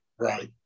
Right